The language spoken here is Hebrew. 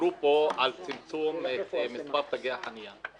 דיברו פה על צמצום מספר תגי החניה.